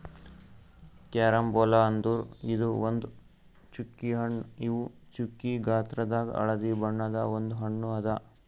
carambola ಅಂದುರ್ ಇದು ಒಂದ್ ಚ್ಚುಕಿ ಹಣ್ಣು ಇವು ಚ್ಚುಕಿ ಗಾತ್ರದಾಗ್ ಹಳದಿ ಬಣ್ಣದ ಒಂದ್ ಹಣ್ಣು ಅದಾ